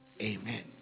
Amen